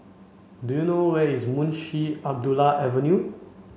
do you know where is Munshi Abdullah Avenue